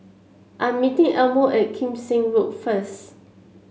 I'm meeting Elmo at Kim Seng Road first